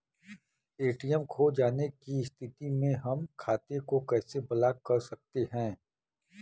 ATM खो जाने की स्थिति में हम खाते को कैसे ब्लॉक कर सकते हैं?